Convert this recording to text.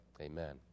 amen